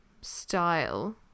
style